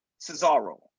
Cesaro